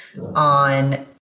on